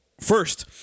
first